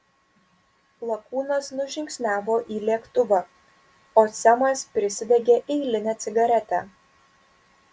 lakūnas nužingsniavo į lėktuvą o semas prisidegė eilinę cigaretę